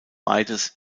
beides